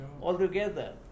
altogether